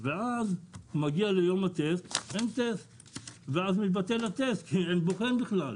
ואז מגיע ליום הטסט ואין טסט ואז מתבטל הטסט כי אין בוחן בכלל,